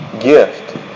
gift